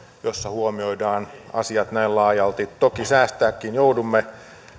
jossa huomioidaan asiat näin laajalti toki säästämäänkin joudumme